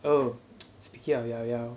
oh speaking of llaollao